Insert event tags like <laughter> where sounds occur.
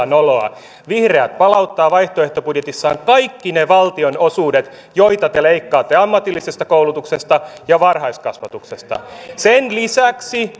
<unintelligible> noloa vihreät palauttaa vaihtoehtobudjetissaan kaikki ne valtionosuudet joita te leikkaatte ammatillisesta koulutuksesta ja varhaiskasvatuksesta sen lisäksi <unintelligible>